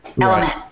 element